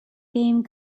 game